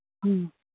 ꯎꯝ